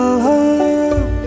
love